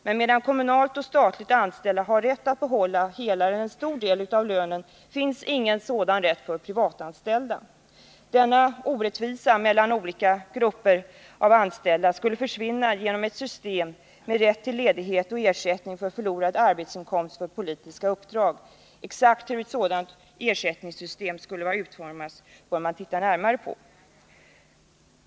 Men medan kommunalt och statligt anställda har rätt att behålla hela eller en stor del av lönen finns ingen sådan rätt för privatanställda. Denna orättvisa mellan olika grupper anställda skulle försvinna genom ett system med rätt till ledighet och ersättning för förlorad arbetsinkomst för politiska uppdrag. Exakt hur ett sådant ersättningssystem skall vara utformat bör man titta närmare på.